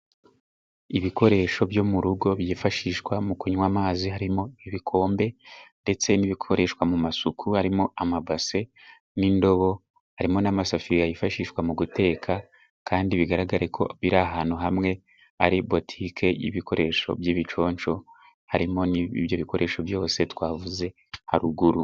Ibikoresho byo mu rugo byifashishwa mu kunywa amazi, harimo ibikombe, ndetse n'ibikoreshwa mu masuku, harimo amabase n'indobo, harimo n'amasafuriya yifashishwa mu guteka, kandi bigaragare ko biri ahantu hamwe, ari botike y'ibikoresho by'ibiconsho, harimo n'ibyo bikoresho byose twavuze haruguru.